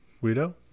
guido